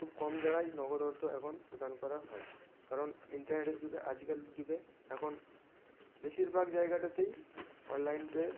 খুব কম জায়গায় নগদ অর্থ এখন প্রদান করা হয় কারণ ইন্টারনেটের যুগে আজকালের যুগে এখন বেশিরভাগ জায়গাটাতেই অনলাইন পে